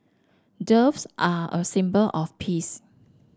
doves are a symbol of peace